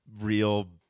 real